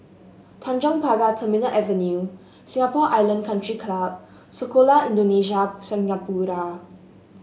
Tanjong Pagar Terminal Avenue Singapore Island Country Club Sekolah Indonesia Singapura